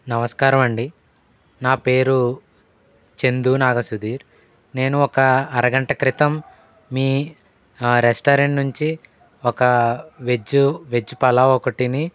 నమస్కారమండి నా పేరు చందు నాగ సుధీర్ నేను ఒక అరగంట క్రితం మీ రెస్టారెంట్ నుంచి ఒక వెజ్ వెజ్ పలావ్ ఒకటీని